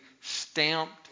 stamped